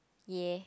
ya